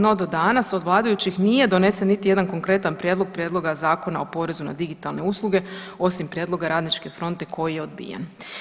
No do danas od vladajućih nije donesen niti jedan konkretan prijedlog Prijedloga zakona o porezu na digitalne usluge osim prijedloga Radničke fronte koji je odbijen.